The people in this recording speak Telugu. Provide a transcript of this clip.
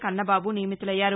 కన్నబాబు నియమితులయ్యారు